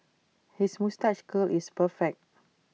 his moustache curl is perfect